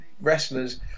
wrestlers